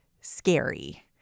scary